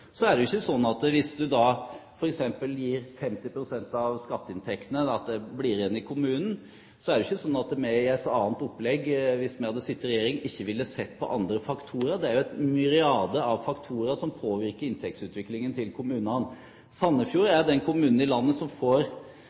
det var bestemt at f.eks. 50 pst. av skatteinntektene skulle bli igjen i kommunen, er det ikke sånn at vi i et annet opplegg, hvis vi hadde sittet i regjering, ikke ville ha sett på andre faktorer. Det er jo myriader av faktorer som påvirker inntektsutviklingen til kommunene. Sandefjord er den kommunen i landet som